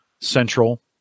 Central